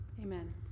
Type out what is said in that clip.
Amen